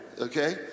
Okay